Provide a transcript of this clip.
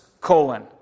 colon